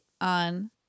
on